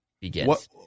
begins